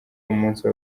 umunsi